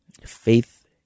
faith